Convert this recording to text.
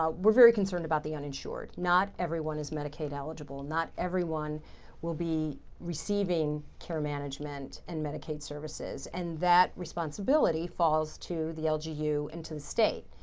ah we're very concerned about the uninsured. not everyone is medicaid-eligible. not everyone will be receiving care management and medicaid services, and that responsibility falls to the lgu and to the state.